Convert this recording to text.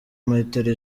metero